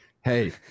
Hey